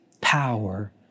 power